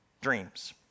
dreams